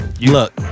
Look